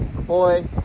boy